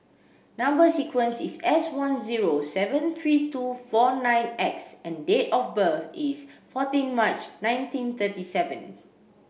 number sequence is S one zero seven three two four nine X and date of birth is fourteen March nineteen thirty seven